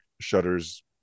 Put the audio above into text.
shutters